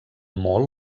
molt